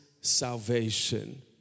salvation